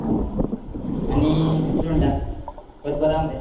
आं आनी किदें म्हणटा तशें बरें आसा मरे